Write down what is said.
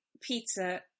pizza